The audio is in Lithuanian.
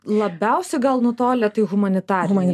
labiausia gal nutolę tai humanitariniai